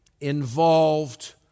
involved